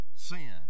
Sin